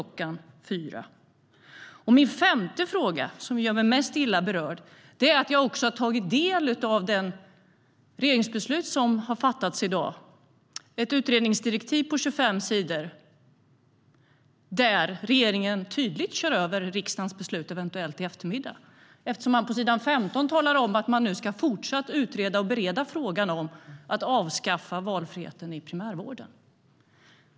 16.00?Min femte fråga gäller det som gör mig mest illa berörd. Jag har tagit del av ett regeringsbeslut som fattats i dag. Det är ett utredningsdirektiv på 25 sidor där regeringen tydligt kör över riksdagens eventuellt fattade beslut i eftermiddag. På s. 15 talar man om att man nu ska fortsatt utreda och bereda frågan om att avskaffa valfriheten i primärvården.